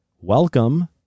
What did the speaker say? Welcome